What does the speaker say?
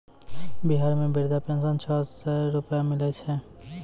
बिहार मे वृद्धा पेंशन छः सै रुपिया मिलै छै